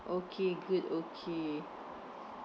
okay good okay